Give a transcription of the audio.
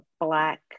Black